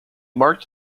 marked